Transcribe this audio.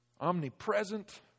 omnipresent